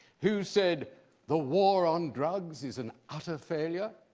who said the war on drugs is an utter failure?